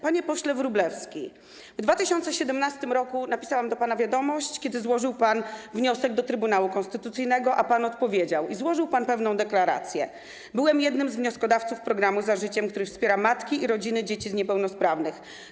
Panie pośle Wróblewski, w 2017 r. napisałam do pana wiadomość, kiedy złożył pan wniosek do Trybunału Konstytucyjnego, a pan odpowiedział i złożył pan pewną deklarację: Byłem jednym z wnioskodawców programu „Za życiem”, który wspiera matki i rodziny dzieci niepełnosprawnych.